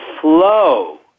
flow